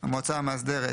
"המועצה המאסדרת"